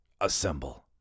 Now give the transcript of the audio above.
assemble